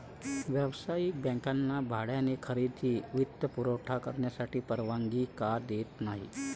व्यावसायिक बँकांना भाड्याने खरेदी वित्तपुरवठा करण्याची परवानगी का देत नाही